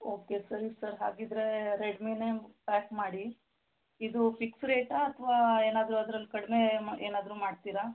okay ಸರಿ sir ಹಾಗಿದ್ದರೆ ರೆಡ್ಮಿನೇ ಪ್ಯಾಕ್ ಮಾಡಿ ಇದು ಫಿಕ್ಸ್ ರೇಟಾ ಅಥವಾ ಏನಾದರೂ ಅದ್ರಲ್ಲಿ ಕಡಿಮೆ ಮ ಏನಾದರೂ ಮಾಡ್ತೀರಾ